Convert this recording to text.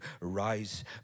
rise